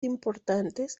importantes